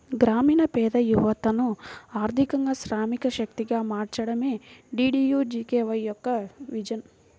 గ్రామీణ పేద యువతను ఆర్థికంగా శ్రామిక శక్తిగా మార్చడమే డీడీయూజీకేవై యొక్క విజన్